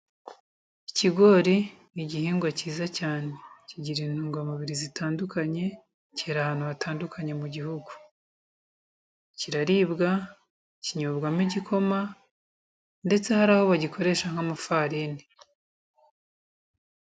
Ikigori ni igihingwa cyiza cyane kigira intungamubiri zitandukanye cyera ahantu hatandukanye mu gihugu, kiraribwa kinyobwamo igikoma ndetse hari aho bagikoresha nk'amafarini.